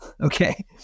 okay